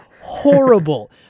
horrible